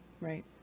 Right